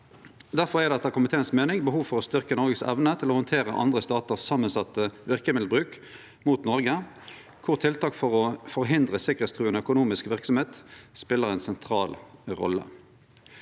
Difor er det etter komiteen si meining behov for å styrkje Noregs evne til å handtere andre statar sin samansette verkemiddelbruk mot Noreg, der tiltak for å forhindre sikkerheitstruande økonomisk verksemd spelar ei sentral rolle.